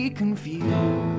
confused